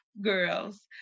girls